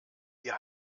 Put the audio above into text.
wir